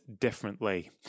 differently